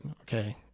Okay